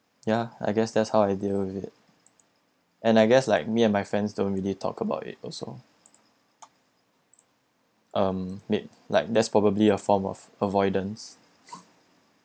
ya I guess that's how I deal with it and I guess like me and my friends don't really talk about it also um may like that's probably a form of avoidance